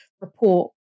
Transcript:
report